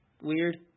weird